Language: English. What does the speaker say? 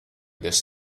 this